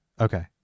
Okay